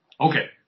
Okay